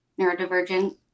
neurodivergent